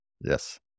Yes